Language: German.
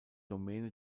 domäne